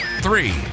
three